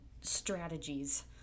strategies